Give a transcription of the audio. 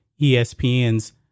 ESPN's